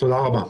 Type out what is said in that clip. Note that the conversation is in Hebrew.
תודה רבה.